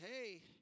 hey